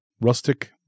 rustic